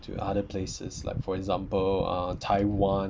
to other places like for example uh taiwan